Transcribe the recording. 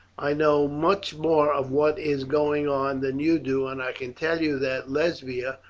i know much more of what is going on than you do, and i can tell you that lesbia,